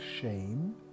shame